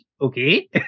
okay